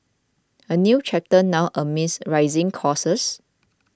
a new chapter now amid rising costs